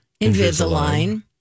invisalign